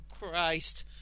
Christ